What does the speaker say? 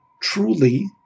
truly